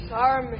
Sorry